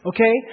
Okay